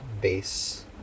base